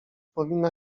powinna